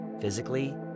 physically